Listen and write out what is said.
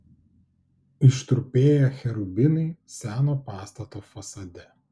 ištrupėję cherubinai seno pastato fasade